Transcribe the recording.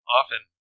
often